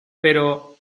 pero